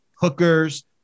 hookers